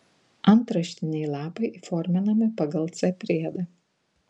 antraštiniai lapai įforminami pagal c priedą